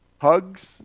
hugs